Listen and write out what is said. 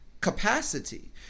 capacity